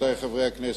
רבותי חברי הכנסת,